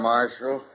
Marshal